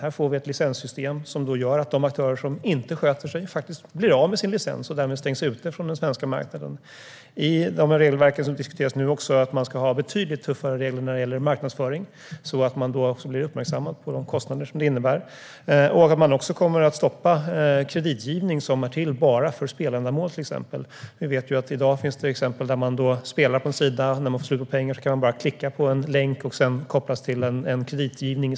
Det skapas ett licenssystem som innebär att de aktörer som inte sköter sig blir av med sin licens och därmed stängs ute från den svenska marknaden. De regelverk som nu diskuteras innebär betydligt tuffare regler för marknadsföring så att man uppmärksammar kostnaderna. Kreditgivning som är till bara för speländamål kommer att stoppas. I dag finns exempel på att man kan spela på en hemsida, och när man får slut på pengarna är det bara att klicka på en länk och sedan kopplas man till en sida för kreditgivning.